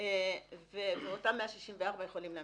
ובאותם 164 יכולים להמשיך.